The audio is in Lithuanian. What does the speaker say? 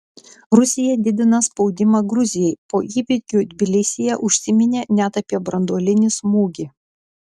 rusija didina spaudimą gruzijai po įvykių tbilisyje užsiminė net apie branduolinį smūgį